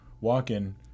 walking